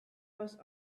was